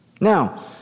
Now